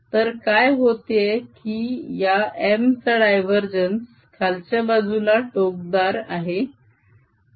तर काय होतेय की या M चा डायवरजेन्स खालच्या बाजूला टोकदार आहे M बरोबर L